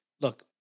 look